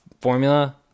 formula